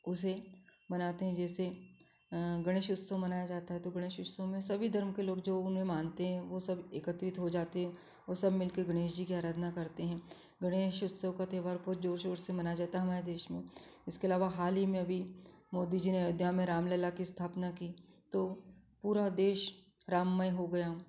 उसे मनाते हैं जैसे गणेश उत्सव मनाया जाता है तो गणेश उत्सव में सभी धर्म के लोग जो उन्हें मानते हैं वो सब एकत्रित हो जाते वो सब मिल कर गणेश जी की आराधना करते हैं गणेश उत्सव का त्योहार बहुत जोर शोर से माना जाता है हमारे देश में इसके अलावा हाल ही में अभी मोदी जी ने अयोध्या में रामलला की स्थापना की तो पूरा देश राममय हो गया